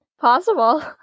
Possible